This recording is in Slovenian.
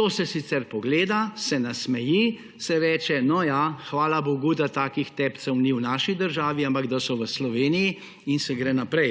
to se sicer pogleda, se nasmeji, se reče, ja, hvala bogu, da takih tepcev ni v naši državi, ampak da so v Sloveniji, in se gre naprej.